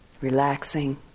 relaxing